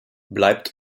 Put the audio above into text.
bleibt